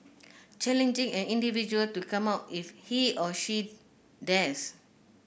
challenging an individual to 'come out' if he or she dares